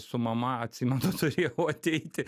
su mama atsimenu turėjau ateiti